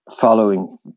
following